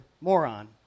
moron